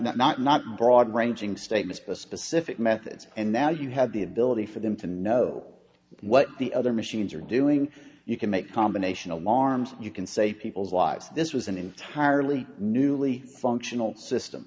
not not not broad ranging statements but specific methods and now you have the ability for them to know what the other machines are doing you can make combination alarms you can save people's lives this was an entirely newly functional system